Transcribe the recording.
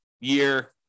year